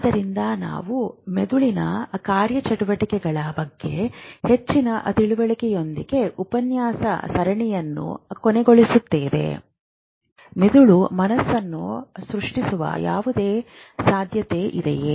ಆದ್ದರಿಂದ ನಾವು ಮೆದುಳಿನ ಕಾರ್ಯಚಟುವಟಿಕೆಗಳ ಬಗ್ಗೆ ಹೆಚ್ಚಿನ ತಿಳುವಳಿಕೆಯೊಂದಿಗೆ ಉಪನ್ಯಾಸ ಸರಣಿಯನ್ನು ಕೊನೆಗೊಳಿಸುತ್ತೇವೆ ಮೆದುಳು ಮನಸ್ಸನ್ನು ಸೃಷ್ಟಿಸುವ ಯಾವುದೇ ಸಾಧ್ಯತೆ ಇದೆಯೇ